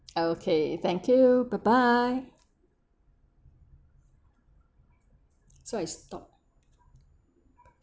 okay thank you bye bye so I stop